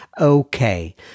okay